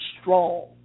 strong